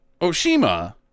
Oshima